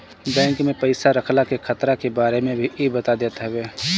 bank में पईसा रखला के खतरा के बारे में भी इ बता देत हवे